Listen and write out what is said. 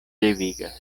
devigas